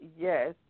Yes